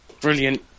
Brilliant